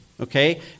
Okay